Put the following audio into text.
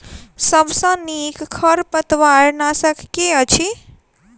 सबसँ नीक खरपतवार नाशक केँ अछि?